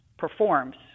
performs